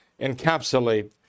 encapsulate